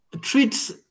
treats